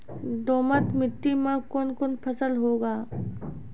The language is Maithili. दोमट मिट्टी मे कौन कौन फसल होगा?